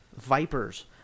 Vipers